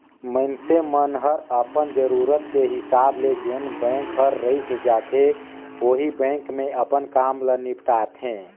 मइनसे मन हर अपन जरूरत के हिसाब ले जेन बेंक हर रइस जाथे ओही बेंक मे अपन काम ल निपटाथें